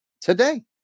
today